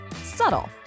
Subtle